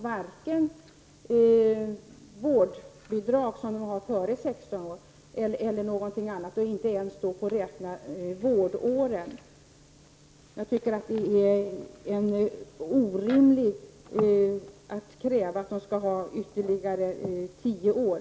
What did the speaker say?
De skulle då varken få det vårdbidrag som de erhållit innan barnet fyllt 16 år eller något annat bidrag. De skulle inte ens få tillgodoräkna sig vårdåren.